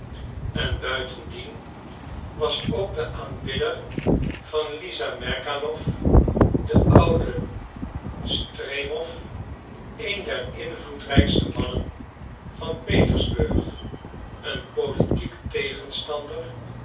en buitendien was ook de aanbidder van lisa merkalow de oude stremow een der invloedrijkste mannen van petersburg een politiek tegenstander